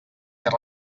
fer